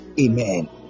Amen